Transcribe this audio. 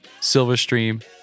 Silverstream